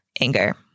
anger